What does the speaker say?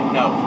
no